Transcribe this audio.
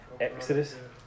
Exodus